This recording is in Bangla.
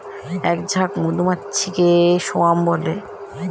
এক ঝাঁক মধুমাছিকে স্বোয়াম বলে